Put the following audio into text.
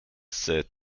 set